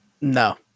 No